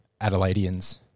Adelaideans